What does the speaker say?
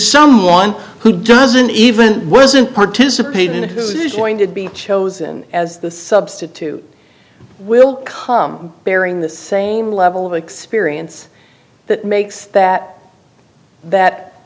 someone who doesn't even wasn't participating in this is going to be chosen as the substitute will come bearing the same level of experience that makes that that